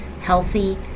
healthy